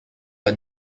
are